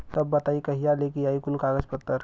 तब बताई कहिया लेके आई कुल कागज पतर?